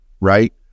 right